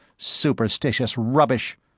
superstitious rubbish,